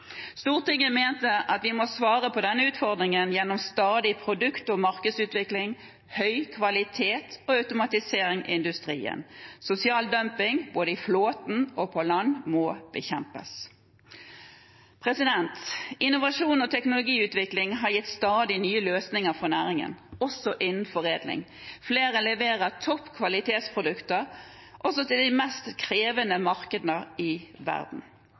må svare på denne utfordringen gjennom stadig produkt- og markedsutvikling, høy kvalitet og automatisering i industrien. Sosial dumping både i flåten og på land må bekjempes. Innovasjon og teknologiutvikling har gitt stadig nye løsninger for næringen, også innen foredling. Flere leverer topp kvalitetsprodukter, også til de mest krevende markedene i verden.